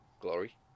Glory